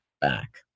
back